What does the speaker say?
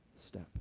step